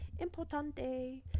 importante